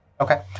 Okay